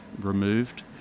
removed